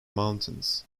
mountains